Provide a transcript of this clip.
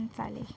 चालेल